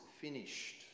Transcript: finished